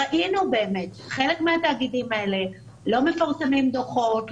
ראינו שחלק מהתאגידים האלה לא מפרסמים דוחות,